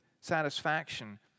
satisfaction